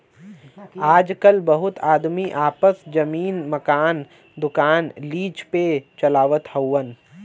आजकल बहुत आदमी आपन जमीन, मकान, दुकान लीज पे चलावत हउअन